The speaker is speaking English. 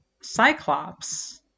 Cyclops